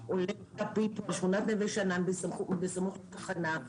שאלה שנמסרת בשמי ובשם חברת הכנסת